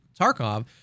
Tarkov